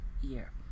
year